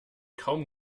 kaum